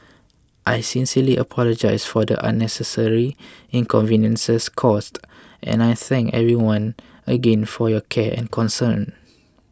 I sincerely apologise for the unnecessary inconveniences caused and I thank everyone again for your care and concern